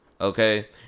okay